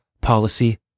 policy